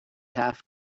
have